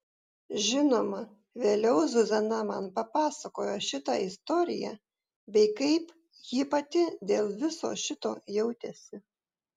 žinoma vėliau zuzana man papasakojo šitą istoriją bei kaip ji pati dėl viso šito jautėsi